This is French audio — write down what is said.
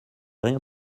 rien